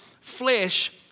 flesh